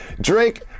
Drake